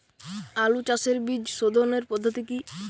আলু চাষের বীজ সোধনের পদ্ধতি কি?